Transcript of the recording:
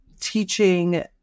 teaching